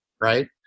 right